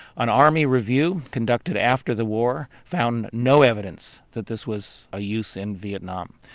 an army review conducted after the war found no evidence that this was a use in vietnam.